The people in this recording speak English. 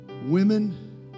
Women